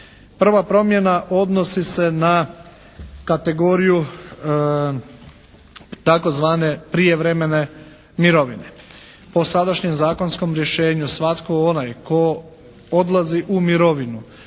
Prva promjena odnosi se na kategoriju tzv. prijevremene mirovine. Po sadašnjem zakonskom rješenju svatko onaj tko odlazi u mirovinu